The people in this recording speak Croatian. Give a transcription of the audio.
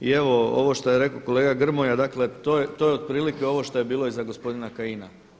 I evo ovo što je rekao kolega Grmoja, dakle to je otprilike ovo što je bilo i za gospodina Kajina.